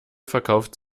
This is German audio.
verkauft